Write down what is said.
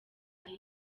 aha